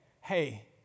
hey